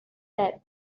said